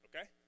okay